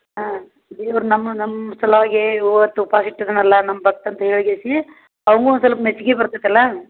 ಹಾಂ ದೇವ್ರಯ ನಮ್ಮನ್ನ ನಮ್ಮ ಸಲೋಗಿ ಇವತ್ತು ಉಪ್ವಾಸ ಇಟ್ಟಿದ್ನಲ್ಲ ನಮ್ಮ ಭಕ್ತ ಅಂತ ಹೇಳಿಗೆಸಿ ಅವ ಒನ್ ಸಲ ಮೆಚ್ಗಿ ಬರ್ತಿತಲ್ಲಾ